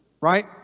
right